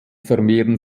vermehren